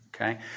okay